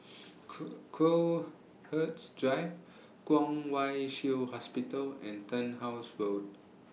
Crowhurst Drive Kwong Wai Shiu Hospital and Turnhouse Road